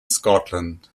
scotland